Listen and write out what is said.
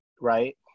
right